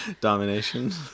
domination